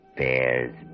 bears